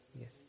Yes